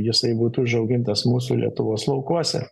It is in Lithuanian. jisai būtų užaugintas mūsų lietuvos laukuose